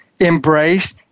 embrace